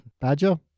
Badger